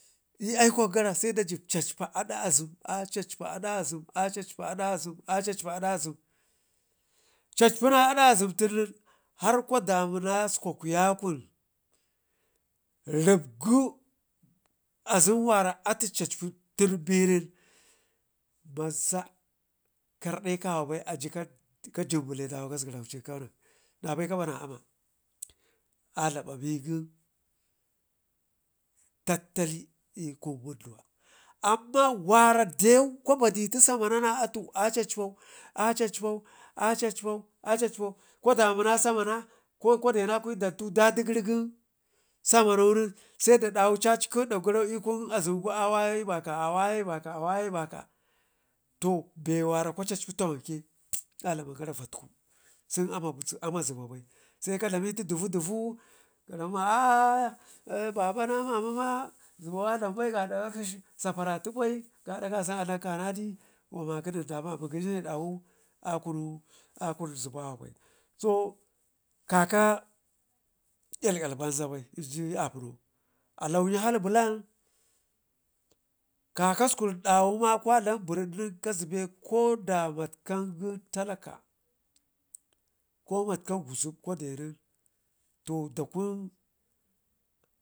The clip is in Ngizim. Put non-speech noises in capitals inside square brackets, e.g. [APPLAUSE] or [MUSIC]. l'aikwak gara se da jib cacpa azem a cacpa azem a cacpa ada azem acacpa ada azem cacpina ada azem tun nen har kwaɗamina sukwakya kun, ribgu azem wara atu cacpi tun benin maza karde kawabai aji ka jimbile dawa gasgaraucin nabai kabana amma a dlamba be gon tatali l'kun wundu wa, amman waradau kwa badita samana na atu a cacpa a cacpau acacpau kwa damin samanan ko kwa dena kun dantu ɗaɗi gərin gən samano nen se da dawe cacci kwedog garau l'kun azymgu a wayau l'baka awaye ba ka awaye cacpu tanwanke a dlaman gara datku sen amma zeba bai se a dlamitu duu cia [HESITATION] baba na mama ma zibo a dlombai gaada akshi saparati bai gaada ka sau a dlam kanadi a make nen dama mugəyine dawu akun zebawa bai, so ƙaƙa kyalkyal banza bai inji apuno alauni hal bulan kakasku dawa ma kwa dlam berrid nen kazbai koda matkan ko matkan talaka, ko matkan guzub to da kun